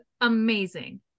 amazing